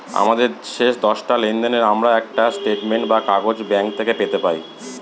আমাদের শেষ দশটা লেনদেনের আমরা একটা স্টেটমেন্ট বা কাগজ ব্যাঙ্ক থেকে পেতে পাই